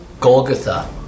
Golgotha